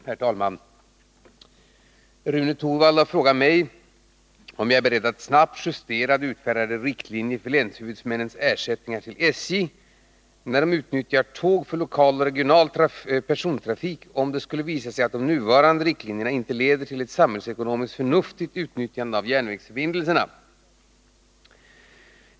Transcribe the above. Herr talman! Rune Torwald har frågat mig om jag är beredd att snabbt justera utfärdade riktlinjer för länshuvudmännens ersättning till SJ, när de utnyttjar tåg för lokal och regional persontrafik, om det skulle visa sig att de nuvarande riktlinjerna inte leder till ett samhällsekonomiskt förnuftigt utnyttjande av järnvägsförbindelserna.